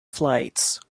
flights